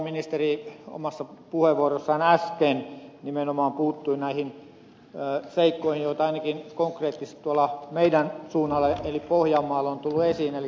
ministeri omassa puheenvuorossaan äsken nimenomaan puuttui näihin seikkoihin joita ainakin konkreettisesti tuolla meidän suunnallamme eli pohjanmaalla on tullut esiin